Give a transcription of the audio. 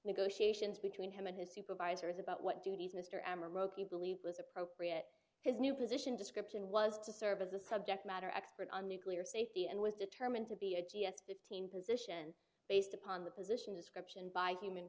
negotiations between him and his supervisors about what duties mr ammar roky believed was appropriate his new position description was to serve as a subject matter expert on nuclear safety and was determined to be a g s fifteen position based upon the position description by human